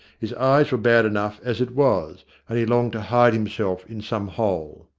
his eyes were bad enough as it was, and he longed to hide himself in some hole.